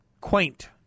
quaint